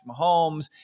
Mahomes